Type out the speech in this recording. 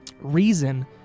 reason